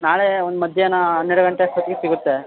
ನಾಳೆ ಒಂದು ಮಧ್ಯಾಹ್ನ ಹನ್ನೆರಡು ಗಂಟೆ ಅಷ್ಟೊತ್ತಿಗೆ ಸಿಗುತ್ತೆ